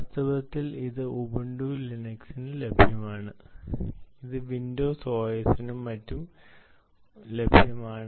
വാസ്തവത്തിൽ ഇത് ഉബുണ്ടു ലിനക്സിന് ലഭ്യമാണ് ഇത് വിൻഡോസ് ഒഎസിനും മറ്റും ലഭ്യമാണ്